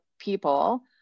people